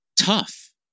tough